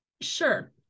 sure